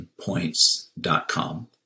points.com